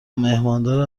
مهماندار